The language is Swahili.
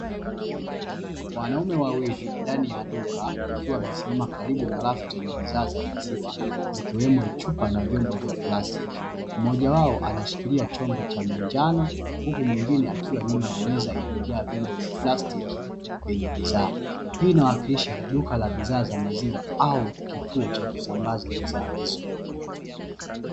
Wanaume wawili ndani ya duka wakiwa wamesimama kalibu na rafu zenye bidhaa ya maziwa zikiwemo chupa na vyo ombo cha plastiki mmoja wao ameshikilia chombo cha manjano, huku mwingi akiwa nyuma ya maza iliyojaa vyombo vya plastiki vyenye bidhaa, hii inawakilisha duka la bidhaa za maziwa au kituo chakusambaza bidhaa hizo.